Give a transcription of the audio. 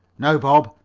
now, bob,